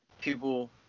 people